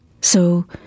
So